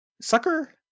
Sucker